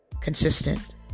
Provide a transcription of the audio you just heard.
consistent